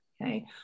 Okay